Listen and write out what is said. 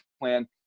plan